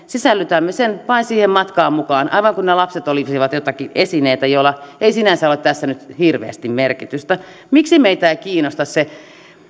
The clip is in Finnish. sisällytämme sen vain siihen matkaan mukaan aivan kuin ne lapset olisivat joitakin esineitä joilla ei sinänsä ole tässä nyt hirveästi merkitystä miksi meitä ei kiinnosta se